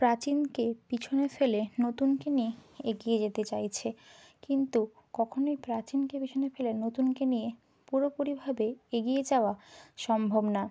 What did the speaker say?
প্রাচীনকে পিছনে ফেলে নতুনকে নিয়ে এগিয়ে যেতে চাইছে কিন্তু কখনোই প্রাচীনকে পিছনে ফেলে নতুনকে নিয়ে পুরোপুরিভাবে এগিয়ে যাওয়া সম্ভব না